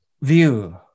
view